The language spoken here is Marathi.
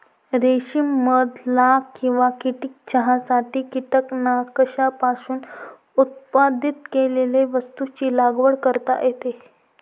रेशीम मध लाख किंवा कीटक चहासाठी कीटकांपासून उत्पादित केलेल्या वस्तूंची लागवड करता येते